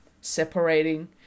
separating